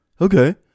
Okay